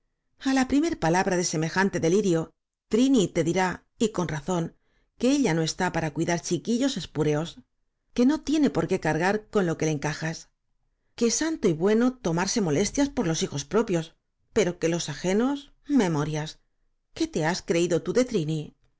airadas a la primer palabra de semejante delirio trini te dirá y con razón que ella no está para cuidar chiquillos espúreos que no tiene por qué cargar con lo que le e n cajas que santo y bueno tomarse molestias por los hijos propios pero que los ajenos m e morias qué te has creído tú de trini